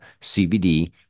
CBD